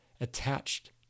attached